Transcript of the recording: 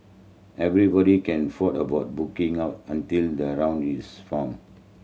everybody can ford about booking out until the round is found